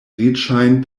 riĉajn